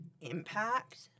impact